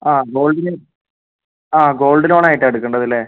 ആ gold loan ആ gold ലോണായിട്ടാണ് എടുക്കേണ്ടതല്ലേ